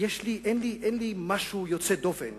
אין לי משהו יוצא דופן